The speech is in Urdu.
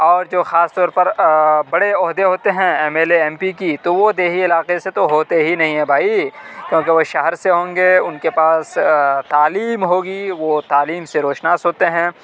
اور جو خاص طور پر بڑے عہدے ہوتے ہیں MLA MP کی تو وہ دیہی علاقے سے تو ہوتے ہی نہیں ہیں بھائی کیوںکہ وہ شہر سے ہوں گے اُن کے پاس تعلیم ہوگی وہ تعلیم سے روشناس ہوتے ہیں